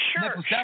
sure